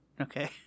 Okay